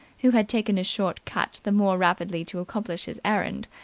who had taken a short cut the more rapidly to accomplish his errand,